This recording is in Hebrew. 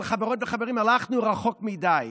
אבל חברות וחברים, הלכנו רחוק מדי.